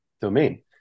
domain